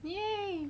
!yay!